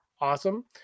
awesome